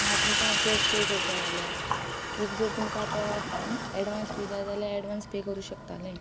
हांव तुमकां हांव कॅश पे करतना इफ जर तुमकां आतां एडवांस बी जाय जाल्या एडवान्स पे करू शकताले